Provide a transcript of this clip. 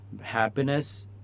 Happiness